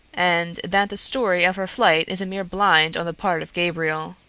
and that the story of her flight is a mere blind on the part of gabriel.